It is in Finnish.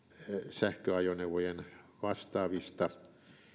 sähköajoneuvojen vastaavista